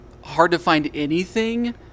hard-to-find-anything